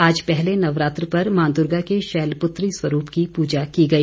आज पहले नवरात्र पर मां दुर्गा के शैल पुत्री स्वरूप की प्रजा की गई